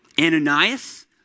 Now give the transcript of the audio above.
Ananias